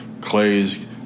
Clay's